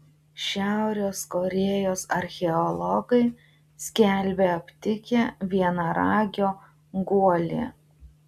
šiaurės korėjos archeologai skelbia aptikę vienaragio guolį